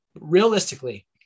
Realistically